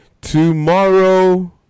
Tomorrow